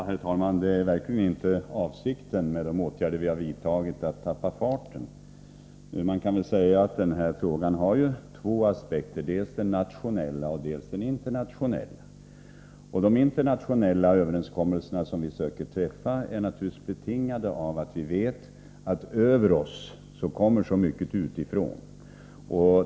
Herr talman! Det är verkligen inte avsikten med de åtgärder vi har vidtagit, att man skall ”tappa farten”. Men den här frågan har ju två aspekter: dels den nationella, dels den internationella. De internationella överenskommelser som vi söker träffa är naturligtvis betingade av att vi vet att det ”över oss” kommer så mycket utifrån.